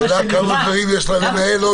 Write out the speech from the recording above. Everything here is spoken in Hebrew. השאלה עוד כמה דברים יש לה לנהל.